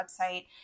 website